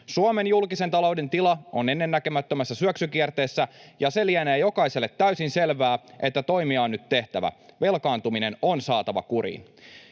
Suomen julkisen talouden tila on ennennäkemättömässä syöksykierteessä, ja se lienee jokaiselle täysin selvää, että toimia on nyt tehtävä. Velkaantuminen on saatava kuriin.